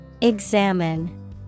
Examine